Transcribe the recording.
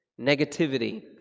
negativity